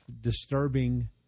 disturbing